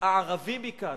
הערבי מכאן?